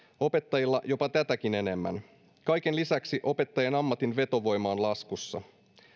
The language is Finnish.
opettajilla jopa tätäkin enemmän kaiken lisäksi opettajan ammatin vetovoima on laskussa